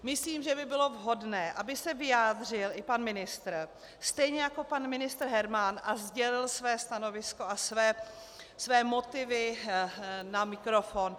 Myslím, že by bylo vhodné, aby se vyjádřil i pan ministr, stejně jako pan ministr Herman, a sdělil své stanovisko a své motivy na mikrofon.